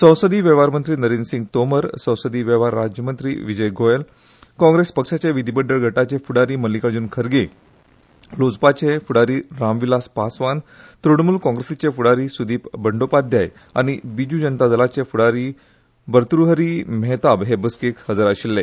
संसदिय वेव्हार मंत्री नरेंद्र सिंग तोमर संसदिय वेव्हार राज्य मंत्री विजय गोयल काँग्रेस पक्षाचे विधीमंडळ गटाचे फुडारी मछिकार्जुन खरगे लोजपाचे फूडारी राम विलास पासवान त्रुणमुल काँग्रेसीचे फुडारी सुदिप बंडोपाध्याय आनी बिजु जनता दलाचे फुडारी भरत्रुहरी मेहताब हे बसकेक आशिल्ले